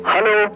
Hello